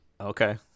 Okay